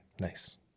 Nice